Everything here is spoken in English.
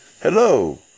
hello